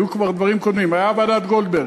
הרי היו כבר דברים קודמים: הייתה ועדת גולדברג,